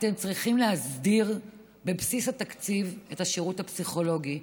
אתם צריכים להסדיר בבסיס התקציב את השירות הפסיכולוגי.